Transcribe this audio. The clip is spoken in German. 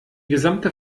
gesamte